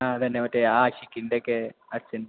ആ അതുതന്നെ മറ്റേ ആഷിക്കിൻ്റെ ഒക്കെ അച്ഛൻ